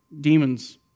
demons